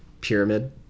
pyramid